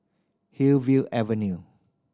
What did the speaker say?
Hillview Avenue